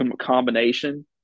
combination